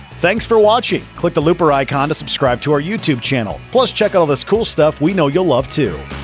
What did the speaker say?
thanks for watching! click the looper icon to subscribe to our youtube channel. plus check out all this cool stuff we know you'll love, too!